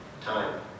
time